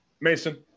Mason